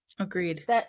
Agreed